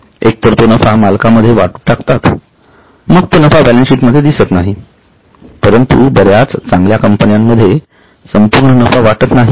एक तर तो नफा मालकांमध्ये वाटून टाकतात मग तो नफा बॅलेन्सशीट मध्ये दिसत नाहीपरंतु बर्याच चांगल्या कंपन्या संपूर्ण नफा वाटत नाहीत